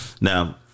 Now